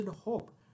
hope